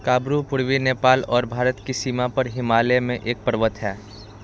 काबरू पूर्वी नेपाल और भारत की सीमा पर हिमालय में एक पर्वत है